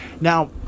now